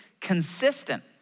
consistent